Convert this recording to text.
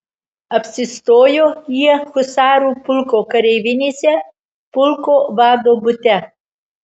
apsistojo jie husarų pulko kareivinėse pulko vado bute